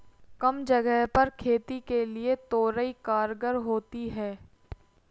कम जगह पर खेती के लिए तोरई कारगर होती है